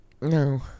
No